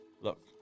Look